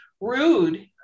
rude